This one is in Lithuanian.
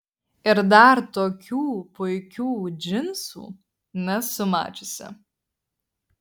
ir dar tokių puikių džinsų nesu mačiusi